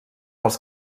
els